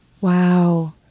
Wow